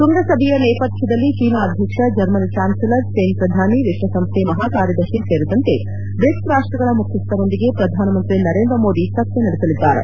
ಶ್ವಂಗಸಭೆಯ ನೇಪಥ್ಯದಲ್ಲಿ ಚೀನಾ ಅಧ್ಯಕ್ಷ ಜರ್ಮನಿಯ ಚಾನ್ವೆಲರ್ ಸ್ಸೇನ್ ಪ್ರಧಾನಿ ವಿಶ್ವಸಂಸ್ಥೆಯ ಮಹಾಕಾರ್ಯದರ್ಶಿ ಸೇರಿದಂತೆ ಬ್ರಿಕ್ಸ್ ರಾಷ್ನಗಳ ಮುಖ್ಯಸ್ಥರೊಂದಿಗೆ ಪ್ರಧಾನಮಂತ್ರಿ ನರೇಂದ್ರ ಮೋದಿ ಚರ್ಚೆ ನಡೆಸಲಿದ್ದಾರೆ